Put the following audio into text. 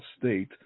state